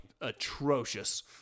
atrocious